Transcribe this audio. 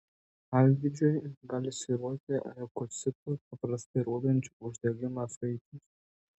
pavyzdžiui gali svyruoti leukocitų paprastai rodančių uždegimą skaičius